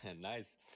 Nice